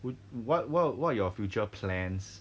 what what what what are your future plans